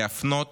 להפנות